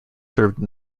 served